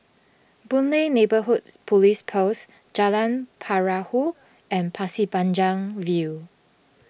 Boon Lay Neighbourhoods Police Post Jalan Perahu and Pasir Panjang View